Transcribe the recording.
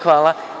Hvala.